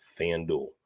FanDuel